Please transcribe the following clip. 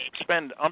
spend